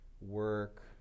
work